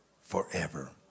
forever